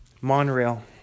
monorail